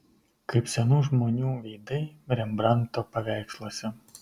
kaip senų žmonių veidai rembrandto paveiksluose